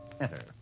enter